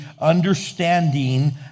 understanding